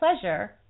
pleasure